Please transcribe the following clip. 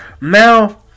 Now